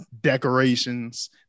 decorations